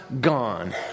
gone